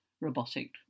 robotic